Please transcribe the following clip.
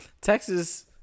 Texas